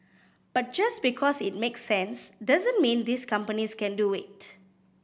but just because it makes sense doesn't mean these companies can do it